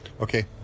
Okay